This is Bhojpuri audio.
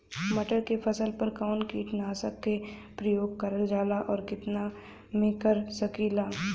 मटर के फसल पर कवन कीटनाशक क प्रयोग करल जाला और कितना में कर सकीला?